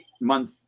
month